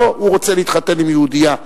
לא, הוא רוצה להתחתן עם יהודייה.